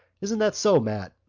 isn't that so, mat?